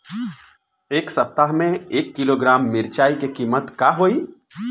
एह सप्ताह मे एक किलोग्राम मिरचाई के किमत का होई?